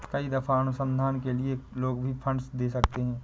कई दफा अनुसंधान के लिए लोग भी फंडस दे सकते हैं